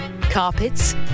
carpets